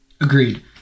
Agreed